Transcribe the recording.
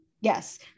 Yes